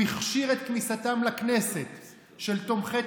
הוא הכשיר את כניסתם לכנסת של תומכי